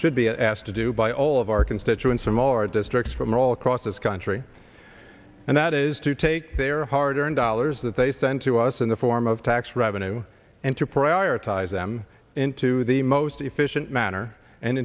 should be asked to do by all of our constituents from all our districts from all across this country and that is to take their hard earned dollars that they send to us in the form of tax revenue and to prioritize them into the most efficient manner and